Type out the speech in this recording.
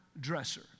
dresser